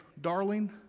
darling